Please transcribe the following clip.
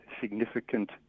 significant